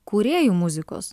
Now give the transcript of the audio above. kūrėjų muzikos